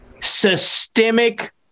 systemic